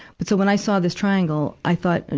but so, when i saw this triangle, i thought,